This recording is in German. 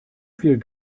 viel